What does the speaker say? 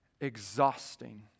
exhausting